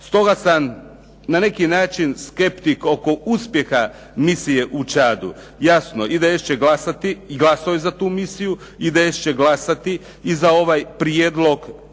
Stoga sam na neki način skeptik oko uspjeha misije u Čadu. Jasno, IDS će glasati i glasuje za misiju. IDS će glasati i za ovaj prijedlog zakona